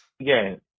Again